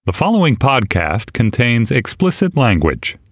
the following podcast contains explicit language